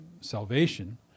salvation